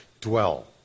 Dwell